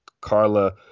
Carla